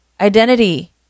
identity